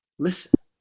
Listen